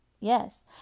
Yes